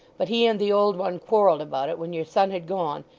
but he and the old one quarrelled about it when your son had gone,